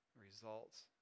results